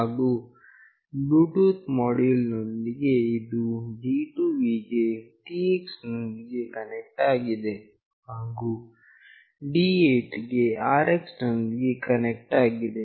ಹಾಗು Bluetooth module ನೊಂದಿಗೆ ಇದು D2 ವಿಗೆ TX ನೊಂದಿಗೆ ಕನೆಕ್ಟ್ ಆಗಿದೆ ಹಾಗು D8 ಗೆ RX ನೊಂದಿಗೆ ಕನೆಕ್ಟ್ ಆಗಿದೆ